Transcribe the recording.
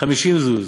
חמישים זוז